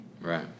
right